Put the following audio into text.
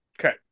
Okay